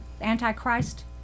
antichrist